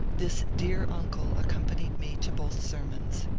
this dear uncle accompanied me to both sermons.